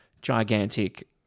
gigantic